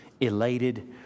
elated